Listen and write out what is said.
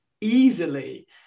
easily